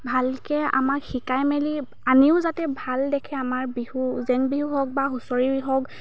ভালকৈ আমাক শিকাই মেলি আমিও যাতে ভাল দেখে আমাৰ বিহু জেং বিহু হওক বা হুঁচৰি হওক